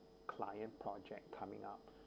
client project coming up